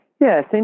Yes